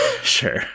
Sure